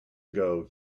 ago